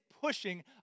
pushing